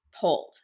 Pulled